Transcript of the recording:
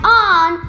on